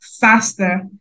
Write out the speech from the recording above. faster